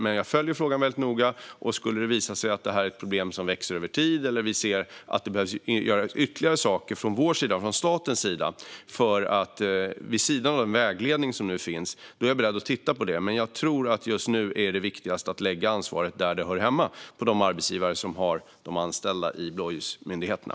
Men jag följer frågan väldigt noga, och skulle det visa sig att detta är ett problem som växer över tid eller att det behöver göras ytterligare saker från statens sida, vid sidan av den vägledning som nu finns, är jag beredd att titta på det. Jag tror dock att det just nu är viktigast att lägga ansvaret där det hör hemma, nämligen på de arbetsgivare som har anställda i blåljusmyndigheterna.